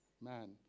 man